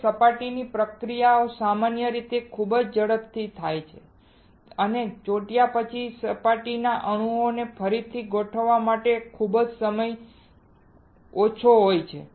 હવે સપાટીની પ્રતિક્રિયાઓ સામાન્ય રીતે ખૂબ જ ઝડપથી થાય છે અને ચોંટ્યા પછી સપાટીના અણુઓને ફરીથી ગોઠવવા માટે ખૂબ ઓછો સમય હોય છે